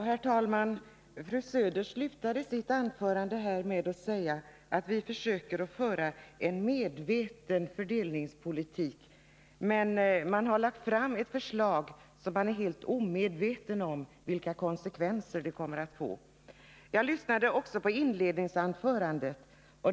Herr talman! Fru Söder slutade sitt anförande med att säga, att regeringen försöker föra en medveten fördelningspolitik. Men man har här lagt fram ett förslag om vars konsekvenser man var helt omedveten. Jag lyssnade också på inledningsanförandet.